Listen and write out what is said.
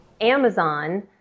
Amazon